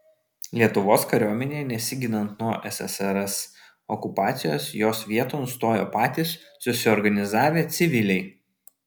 lietuvos kariuomenei nesiginant nuo ssrs okupacijos jos vieton stojo patys susiorganizavę civiliai